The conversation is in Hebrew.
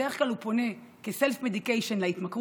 בדרך כלל הוא פונה כ-self-medication להתמכרות,